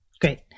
Great